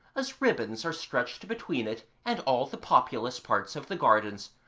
as ribbons are stretched between it and all the populous parts of the gardens,